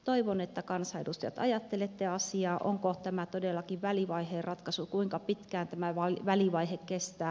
toivon että kansanedustajat ajattelette asiaa onko tämä todellakin välivaiheen ratkaisu kuinka pitkään tämä välivaihe kestää